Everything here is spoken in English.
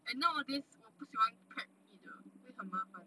and nowadays 我不喜欢 crab meat 的因为很麻烦